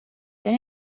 چرا